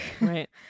right